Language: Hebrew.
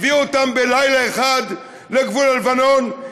הביאו אותם בלילה אחד לגבול הלבנון,